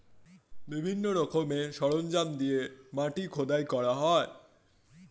বিভিন্ন রকমের সরঞ্জাম দিয়ে মাটি খোদাই করা হয়